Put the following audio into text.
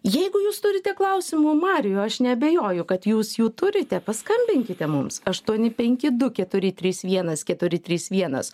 jeigu jūs turite klausimų mariui aš neabejoju kad jūs jų turite paskambinkite mums aštuoni penki du keturi trys vienas keturi trys vienas